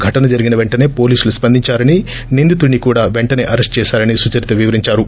ఘటన జరిగిన వెంటనే పోలీసులు స్సందించారని నిందితుడి కూడా పెంటసే అరెస్ష్ చేశారని సుచరిత వివరించారు